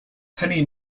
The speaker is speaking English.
penny